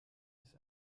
ist